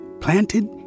planted